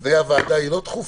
לפני הוועדה היא לא דחופה.